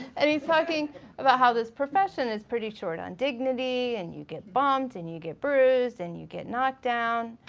and he's talking about how this profession is pretty short on dignity and you get bumped and you get bruised and you get knocked down.